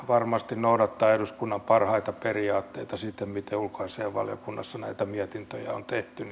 varmasti noudattaa eduskunnan parhaita periaatteita siten kuin ulkoasiainvaliokunnassa näitä mietintöjä on tehty